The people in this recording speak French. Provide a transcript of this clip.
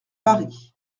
paris